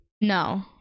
no